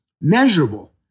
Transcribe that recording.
Measurable